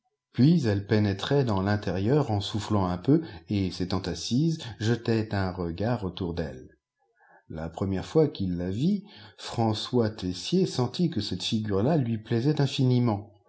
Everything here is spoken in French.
puis elle pénétrait dans l'intérieur en soufflant un peu et s'étant assise jetait un regard autour d'elle la première fois qu'il la vit françois tessier sentit que cette figure-là lui plaisait infiniment